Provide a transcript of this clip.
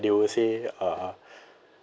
they will say uh